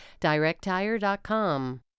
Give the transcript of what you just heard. DirectTire.com